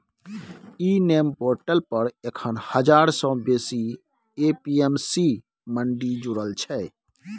इ नेम पोर्टल पर एखन हजार सँ बेसी ए.पी.एम.सी मंडी जुरल छै